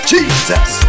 Jesus